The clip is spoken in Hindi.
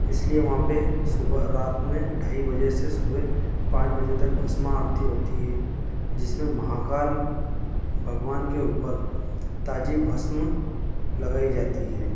इसलिए वहाँ पए सुबह रात में ढाई बजे से सुबह पाँच बजे तक भस्म आरती होती है जिसमें महाकाल भगवान के ऊपर ताजी भस्म लगाई जाती है